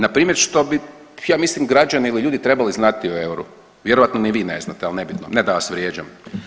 Npr. što bi ja mislim građani evo ljudi trebali znati o euru, vjerojatno ni vi ne znate ali nebitno, ne da vas vrijeđam.